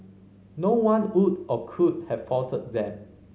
no one would or could have faulted them